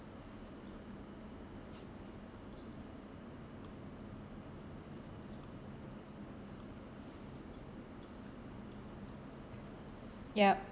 yup